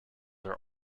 are